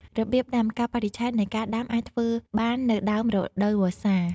របៀបដាំ កាលបរិច្ឆេទនៃការដាំអាចធ្វើបាននៅដើមរដូវវស្សា។